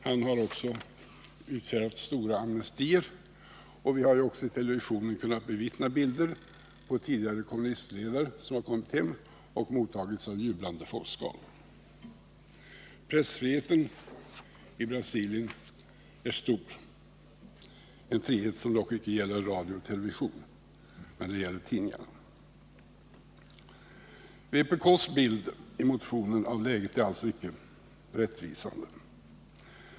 Han har också utfärdat omfattande amnestier. Vi har i televisionen kunnat se bilder på att tidigare kommunistledare kommit hem och mottagits av jublande folkskaror. Pressfriheten i Brasilien är stor — en frihet som dock icke gäller radio och television, men den gäller tidningarna. Vpk:s bild i motionen av läget är alltså icke rättvisande.